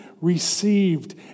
received